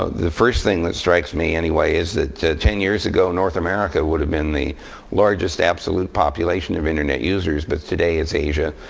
ah the first thing that strikes me, anyway, is that ten years ago, north america would have been the largest absolute population of internet users. but today, it's asia,